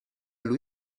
lui